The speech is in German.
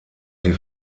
sie